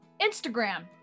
Instagram